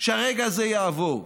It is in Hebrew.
שהרגע הזה יעבור.